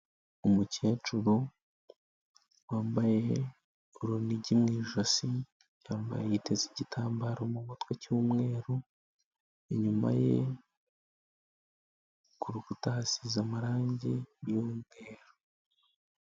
Umukecuru wambaye urunigi mu ijosi, yambaye yiteze igitambaro mu mutwe cy'umweru, inyuma ye ku rukuta hasize amarangi y'umweru.